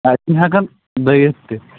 یہِ چھِنہٕ ہٮ۪کان دٕوِتھ تہِ